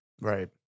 Right